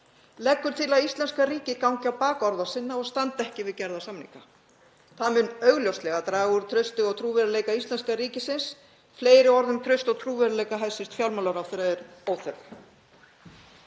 leggur til að íslenska ríkið gangi á bak orða sinna og standi ekki við gerða samninga. Það mun augljóslega draga úr trausti og trúverðugleika íslenska ríkisins. Fleiri orð um traust og trúverðugleika hæstv. fjármálaráðherra eru óþörf.